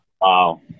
Wow